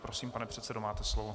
Prosím, pane předsedo, máte slovo.